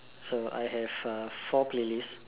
so I have uh four playlist